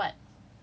soft launch soft